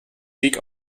sieg